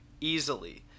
easily